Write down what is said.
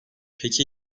peki